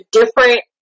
different